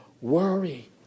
worry